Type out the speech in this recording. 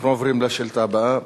אנחנו עוברים לשאילתא הבאה,